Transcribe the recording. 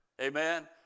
Amen